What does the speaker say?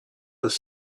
was